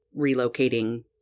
relocating